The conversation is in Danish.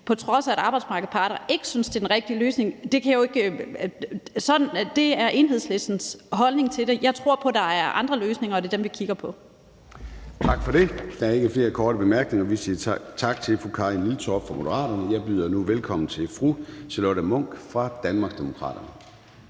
på trods af at arbejdsmarkedets parter ikke synes, at det er den rigtige løsning, er jo så Enhedslistens holdning til det. Jeg tror på, at der er andre løsninger, og det er dem, vi kigger på. Kl. 13:32 Formanden (Søren Gade): Tak for det. Der er ikke flere korte bemærkninger, og vi siger tak til fru Karin Liltorp fra Moderaterne. Jeg byder nu velkommen til fru Charlotte Munch fra Danmarksdemokraterne.